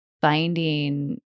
finding